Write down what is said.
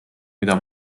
mida